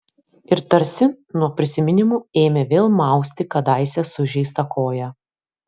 ir tarsi nuo prisiminimų ėmė vėl mausti kadaise sužeistą koją